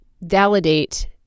validate